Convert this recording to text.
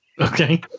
okay